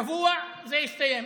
שבוע זה יסתיים.